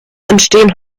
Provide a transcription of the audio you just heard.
entstehen